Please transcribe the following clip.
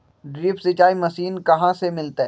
Drip सिंचाई machine कहाँ से मिलतै?